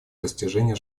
достижения